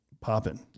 popping